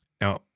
Now